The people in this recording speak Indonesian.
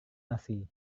nasi